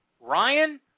Ryan